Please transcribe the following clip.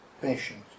patient